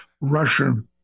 Russian